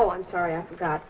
oh i'm sorry i forgot